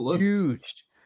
huge